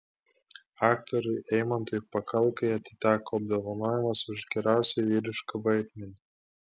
aktoriui eimantui pakalkai atiteko apdovanojimas už geriausią vyrišką vaidmenį